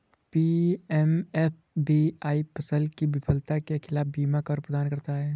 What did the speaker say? PMFBY फसल की विफलता के खिलाफ बीमा कवर प्रदान करता है